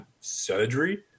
surgery